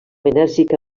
enèrgica